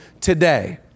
Today